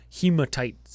Hematite